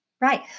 Right